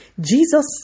Jesus